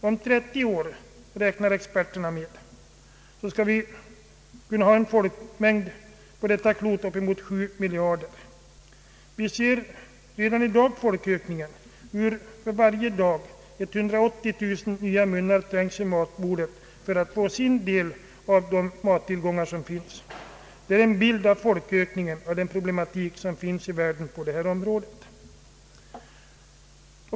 Om 30 år, räknar experterna med, uppgår folkmängden på detta klot till upp emot 7 miljarder. Redan nu vänds varje dag 180 000 nya munnar mot matbordet för att få sin del av de födoämnen som finns. Det är en bild av folkökningen och den problematik som råder i världen på det här området.